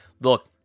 Look